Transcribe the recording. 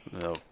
No